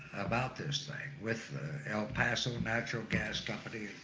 about this thing with el paso natural gas company,